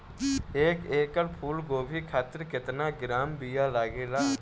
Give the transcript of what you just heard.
एक एकड़ फूल गोभी खातिर केतना ग्राम बीया लागेला?